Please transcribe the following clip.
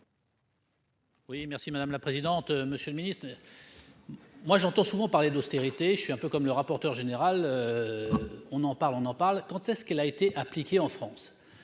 Oui merci madame la présidente, monsieur le Ministre, moi j'entends souvent parler d'austérité, je suis un peu comme le rapporteur général, on en parle, on en parle quand est-ce qu'elle a été appliquée en France,